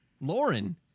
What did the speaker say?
Lauren